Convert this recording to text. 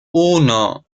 uno